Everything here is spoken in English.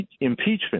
impeachment